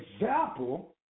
example